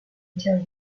until